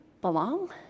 belong